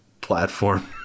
platform